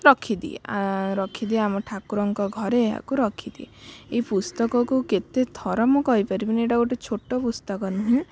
ରଖିଦିଏ ରଖିଦିଏ ଆମ ଠାକୁରଙ୍କ ଘରେ ଆକୁ ରଖିଦିଏ ଏଇ ପୁସ୍ତକକୁ କେତେଥର ମୁଁ କହିପାରିବିନି ଏଟା ଗୋଟେ ଛୋଟ ପୁସ୍ତକ ନୁହେଁ